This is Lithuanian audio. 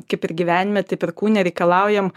kaip ir gyvenime taip ir kūne reikalaujam